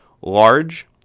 large